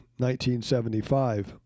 1975